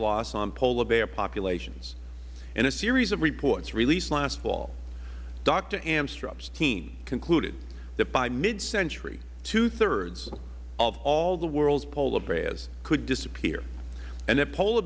loss on polar bear populations in a series of reports released last fall doctor amstrup's team concluded that by midcentury two thirds of all the world's polar bears could disappear and that polar